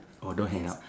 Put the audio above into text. don't hang up